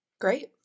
Great